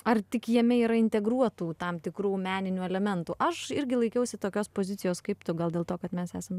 ar tik jame yra integruotų tam tikrų meninių elementų aš irgi laikiausi tokios pozicijos kaip tu gal dėl to kad mes esam